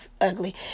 ugly